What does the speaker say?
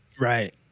Right